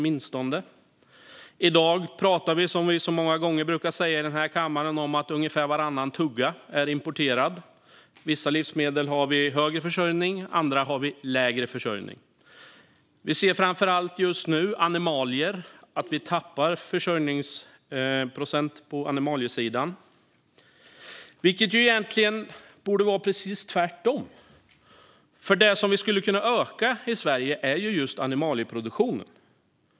I dag pratar vi, som vi brukar säga i denna kammare, om att ungefär varannan tugga är importerad. För vissa livsmedel har vi en högre försörjning medan vi har en lägre för andra. Vi ser just nu att vi tappar försörjningsprocent framför allt på animaliesidan. Egentligen borde det vara precis tvärtom, för det som vi skulle kunna öka i Sverige är just animalieproduktionen.